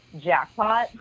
jackpot